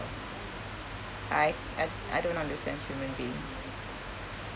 I I I don't understand human beings